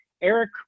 Eric